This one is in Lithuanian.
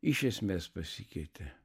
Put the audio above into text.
iš esmės pasikeitė